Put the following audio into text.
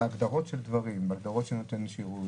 בהגדרות של דברים, בהגדרות של נותני השירות